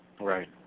Right